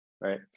right